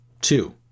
Two